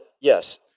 Yes